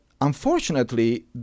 unfortunately